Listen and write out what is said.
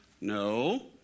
No